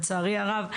לצערי הרב.